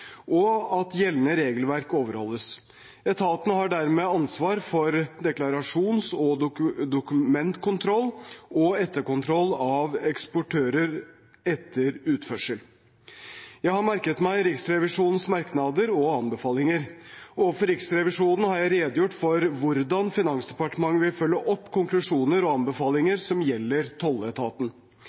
og at gjeldende regelverk overholdes. Etaten har dermed ansvar for deklarasjons- og dokumentkontroll og etterkontroll av eksportører etter utførsel. Jeg har merket meg Riksrevisjonens merknader og anbefalinger. Overfor Riksrevisjonen har jeg redegjort for hvordan Finansdepartementet vil følge opp konklusjoner og anbefalinger som gjelder tolletaten.